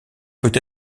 peut